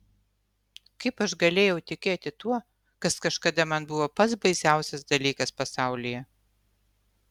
kaip aš galėjau tikėti tuo kas kažkada man buvo pats baisiausias dalykas pasaulyje